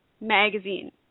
Magazine